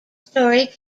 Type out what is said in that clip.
story